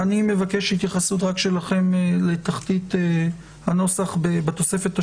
אני מבקש התייחסות שלכם לתחתית הנוסח בתוספת השלישית,